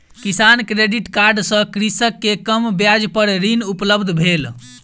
किसान credit card सँ कृषक के कम ब्याज पर ऋण उपलब्ध भेल